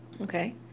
Okay